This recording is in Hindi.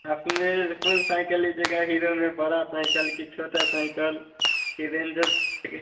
आपने कौन साइकिल लीजिएगा हीरो में बड़ा साइकिल की छोटा साइकिल या रेंजर ले